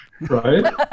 Right